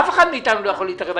אף אחד מאתנו לא יכול להתערב.